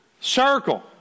circle